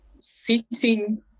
sitting